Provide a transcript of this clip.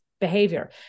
behavior